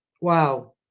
wow